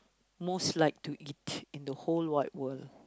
most like to eat in the whole wide world